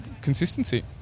consistency